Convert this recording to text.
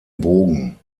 bogen